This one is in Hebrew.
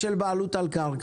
בשל בעלות על קרקע.